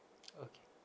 okay